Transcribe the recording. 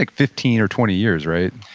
like fifteen or twenty years. right?